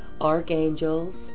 archangels